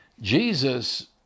Jesus